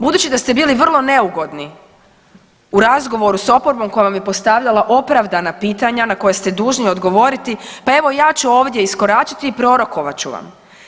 Budući da ste bili vrlo neugodni u razgovoru s oporbom koja vam je postavljala opravdana pitanja na koje ste dužni odgovoriti pa evo ja ću ovdje iskoračiti i prorokovat ću vam.